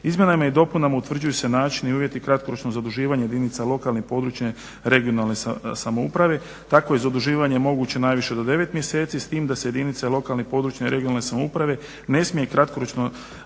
Izmjenama i dopunama utvrđuju se načini i uvjeti kratkoročnog zaduživanja jedinica lokalne i područne (regionalne) samouprave. Takvo je zaduživanje moguće najviše do 9 mjeseci, s tim da se jedinice lokalne i područne (regionalne) samouprave ne smiju kratkoročnu